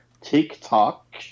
TikTok